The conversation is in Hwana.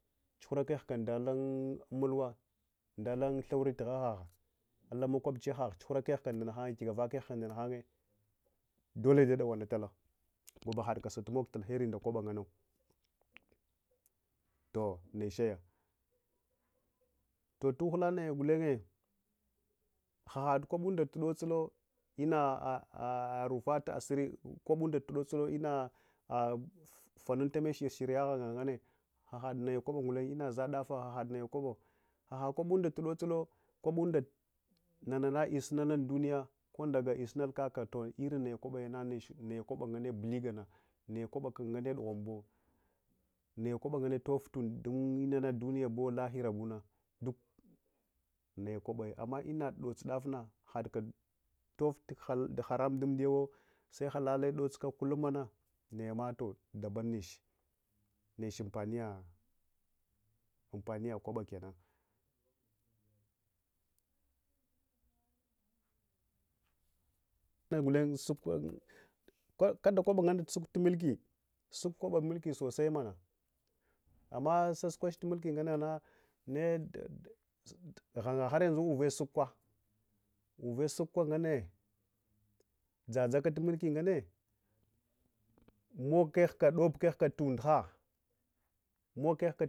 Tsuhura kehka ndalum mulwa ndalun thuwari dha, alamakwab chiyagha tsuhura kehka ndanahanghe ɗale dadawanatala gwaba hakmogtul heri nda kwaba ngannawa toh nechaya toh tuhula na na ya gulenye ahad kwaba dotsula ma inanifat asiri kwabunda tuddosuio inafanuntamech inanifat asiriye ghangah nganne ahaɗ inazaɗava ahaɗnaya kwaba ngulenye tuɗɗosulo kwabuɗa nanana isunal unduniya kondagal isunal kaka lan nana kwabanayana buligana, naya kwabina dughuwanbu naya kwaba nganne toftunda duniyabuwo lahirabuwo ɗuk naya kwabaya amma ina dodsuku daffna hakkatof hanamun amdiyawa halale dotsuka kuuum mana nayama toh’ daban neche, nech ampaniya kwabae kennan kada kwaba nganne suktumulka suk kwabatu mulki sosai amma saskwach tumulki ngananna neda, gha, haryanzu ure tsukuka, uve tsukka nganne dzadzakatu mulki nganne mogkehktunduha mogkehka.